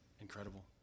incredible